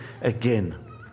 again